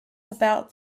about